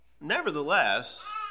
nevertheless